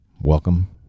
Welcome